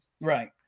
right